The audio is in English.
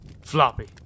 floppy